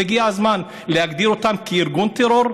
לא הגיע הזמן להגדיר אותם כארגון טרור?